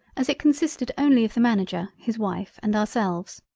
as it consisted only of the manager his wife and ourselves,